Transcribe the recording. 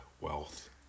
wealth